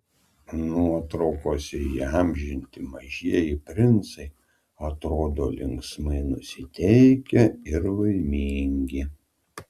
nuotraukose įamžinti mažieji princai atrodo linksmai nusiteikę ir laimingi